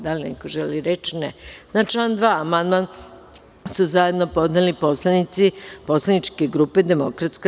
Da li neko želi reč? (Ne) Na član 2. amandman su zajedno podneli poslanici Poslaničke grupe DS.